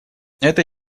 это